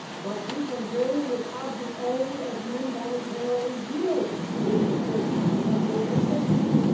but he can gain his object only as men voluntarily yield to his temptations, there you have the word temptations.